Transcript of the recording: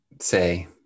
say